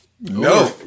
No